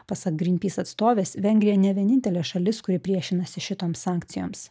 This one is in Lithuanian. pasak gryn pys atstovės vengrija ne vienintelė šalis kuri priešinasi šitoms sankcijoms